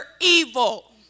evil